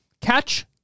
Catch